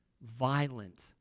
Violent